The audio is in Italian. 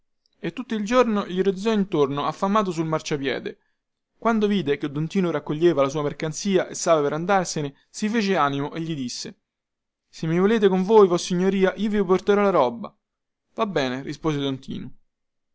e tutto il giorno gli ronzò intorno affamato sul marciapiede quando vide che don tinu raccoglieva la sua mercanzia e stava per andarsene si fece animo e gli disse se mi volete con voi vossignoria io vi porterò la roba va bene rispose don tinu